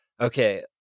okay